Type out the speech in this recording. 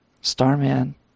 Starman